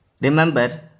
Remember